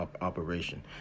operation